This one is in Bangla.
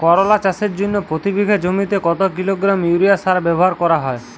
করলা চাষের জন্য প্রতি বিঘা জমিতে কত কিলোগ্রাম ইউরিয়া সার ব্যবহার করা হয়?